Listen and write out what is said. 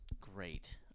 great